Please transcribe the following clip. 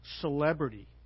celebrity